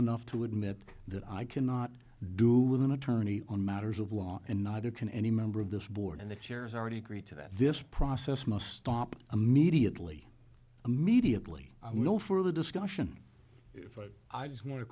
enough to admit that i cannot do with an attorney on matters of law and neither can any member of this board and the chairs already agree to that this process must stop immediately immediately no further discussion if i just want to